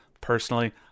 Personally